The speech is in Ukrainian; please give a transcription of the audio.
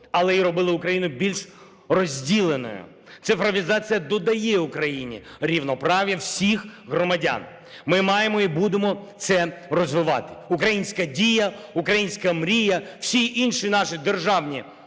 але і робили Україну більш розділеною. Цифровізація додає Україні рівноправ'я всіх громадян. Ми маємо і будемо це розвивати. Українська "Дія", українська "Мрія", всі інші наші державні,